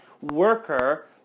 worker